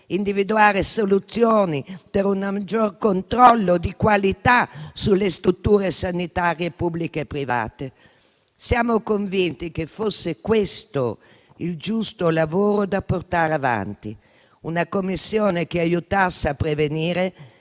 individuare soluzioni per un maggior controllo di qualità sulle strutture sanitarie pubbliche e private. Siamo convinti che fosse questo il giusto lavoro da portare avanti: una Commissione che aiutasse a prevenire